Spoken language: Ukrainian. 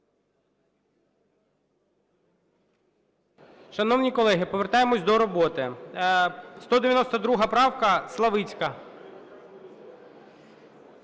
Шановні колеги, повертаємось до роботи. 192 правка, Славицька.